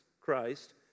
Christ